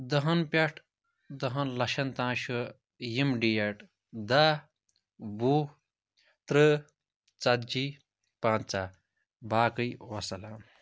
دَہن پٮ۪ٹھ دَہن لَچھَن تام چھِ یِم ڈیٹ دہ وُہ تٕرٛہ ژَتجی پنٛژاہ باقٕے وسلام